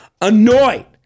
annoyed